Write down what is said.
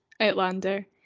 Outlander